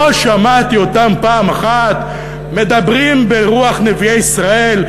לא שמעתי אותם פעם אחת מדברים ברוח נביאי ישראל.